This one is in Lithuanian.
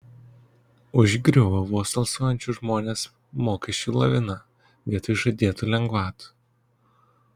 užgriuvo vos alsuojančius žmones mokesčių lavina vietoj žadėtų lengvatų